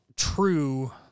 true